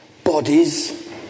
Bodies